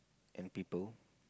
and people